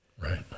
Right